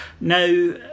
Now